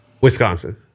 Wisconsin